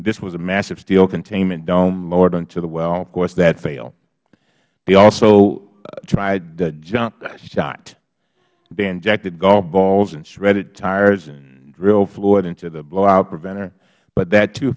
this was a massive steel containment dome lowered into the well of course that failed they also tried the junk shot they injected golf balls and shredded tires and drilled floor into the blowout preventer but that to